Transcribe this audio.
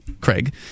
Craig